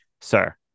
Sir